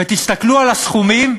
ותסתכלו על הסכומים